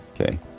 Okay